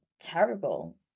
terrible